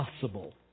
possible